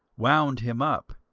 wound him up,